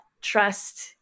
trust